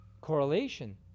correlation